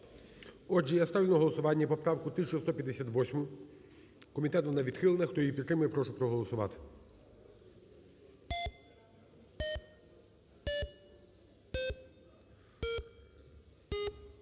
Отже, я ставлю на голосування поправку 1158. Комітетом вона відхилена. Хто її підтримує, прошу проголосувати.